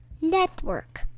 Network